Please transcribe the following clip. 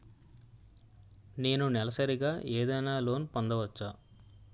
నేను నెలసరిగా ఏదైనా లోన్ పొందవచ్చా?